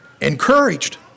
encouraged